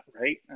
right